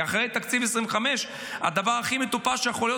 כי אחרי תקציב 2025 הדבר הכי מטופש שיכול להיות